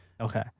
Okay